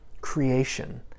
creation